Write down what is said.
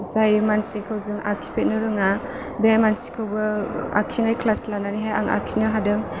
जाय मानसिखौ जों आखिफेरनो रोङा बे मानसिखोबो आखिनाय क्लास लानानैहाय आं आखिनो हादों